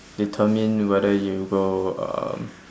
determine whether you go um